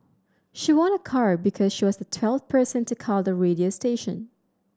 she won a car because she was the twelfth person to call the radio station